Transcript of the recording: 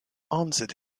answered